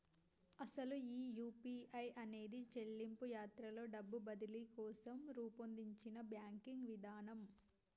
అసలు ఈ యూ.పీ.ఐ అనేది చెల్లింపు యాత్రలో డబ్బు బదిలీ కోసం రూపొందించిన బ్యాంకింగ్ విధానం